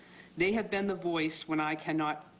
they have been the voice when i cannot.